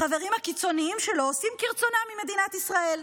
החברים הקיצוניים שלו עושים כרצונם עם מדינת ישראל.